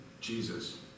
Jesus